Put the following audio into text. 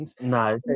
No